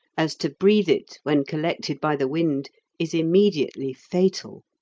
as to breathe it when collected by the wind is immediately fatal.